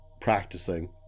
practicing